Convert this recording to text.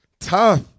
Tough